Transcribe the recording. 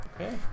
Okay